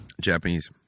Japanese